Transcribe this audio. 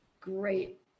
great